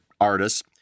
artists